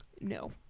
No